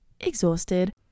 exhausted